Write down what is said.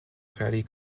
fairly